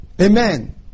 Amen